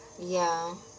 ya